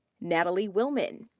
natalie willman.